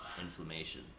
inflammation